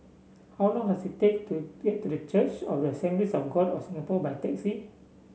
how long does it take to get to The Church of the Assemblies of God of Singapore by taxi